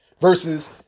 versus